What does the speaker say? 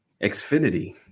Xfinity